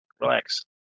relax